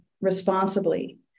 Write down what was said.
responsibly